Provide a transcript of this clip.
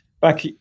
back